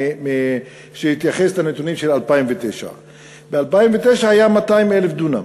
שהתייחס לנתונים של 2009. ב-2009 היו 200,000 דונם